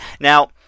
Now